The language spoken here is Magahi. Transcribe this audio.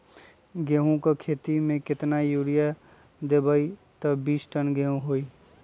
गेंहू क खेती म केतना यूरिया देब त बिस टन गेहूं होई?